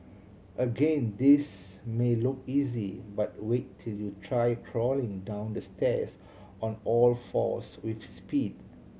again this may look easy but wait till you try crawling down the stairs on all fours with speed